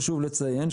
חשוב לציין,